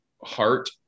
heart